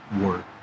work